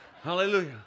Hallelujah